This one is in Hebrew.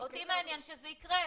אותי מעניין שזה יקרה.